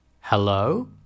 Hello